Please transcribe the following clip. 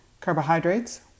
Carbohydrates